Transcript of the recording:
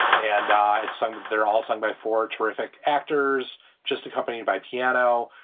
and it's sung they're all sung by four terrific actors, just accompanied by piano.